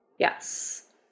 Yes